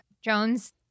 Jones